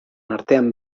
artean